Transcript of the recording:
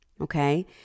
okay